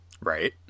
right